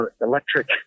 electric